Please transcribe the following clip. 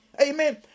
Amen